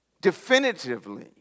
definitively